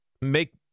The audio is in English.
make